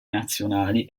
nazionali